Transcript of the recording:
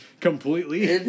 Completely